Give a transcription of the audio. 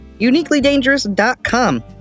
uniquelydangerous.com